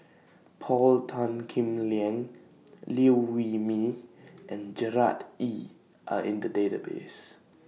Paul Tan Kim Liang Liew Wee Mee and Gerard Ee Are in The Database